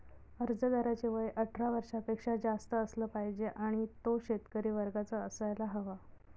अर्जदाराचे वय अठरा वर्षापेक्षा जास्त असलं पाहिजे आणि तो शेतकरी वर्गाचा असायला हवा